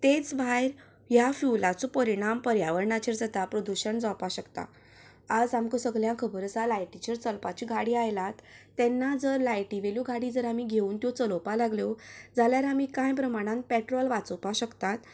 तेंच भायर ह्या फ्यूलाचो परिणाम पर्यावरणाचेर जाता प्रदूशण जावपा शकता आज आमकां सगल्यांक खबर आसा लायटिचेर चलपाच्यो गाडयो आयलात तेन्ना जर लायटिवेल्यो गाडी जर आमी घेवन त्यो चलोवपा लागल्यो जाल्यार आमी कांय प्रमाणांत पेट्रोल वाचोवपाक शकतात